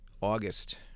August